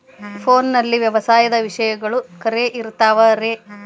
ಫೋನಲ್ಲಿ ವ್ಯವಸಾಯದ ವಿಷಯಗಳು ಖರೇ ಇರತಾವ್ ರೇ?